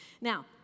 Now